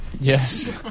yes